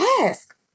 Ask